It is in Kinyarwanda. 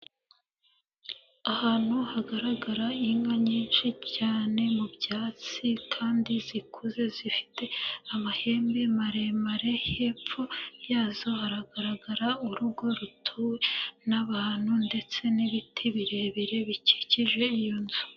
Ahantu hagaragara inka nyinshi cyane mu byatsi kandi zikuze zifite amahembe maremare, hepfo yazo haragaragara urugo rutuwe n'abantu ndetse n'ibiti birebire bikikije iyo nzu.